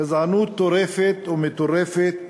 גזענות טורפת ומטורפת,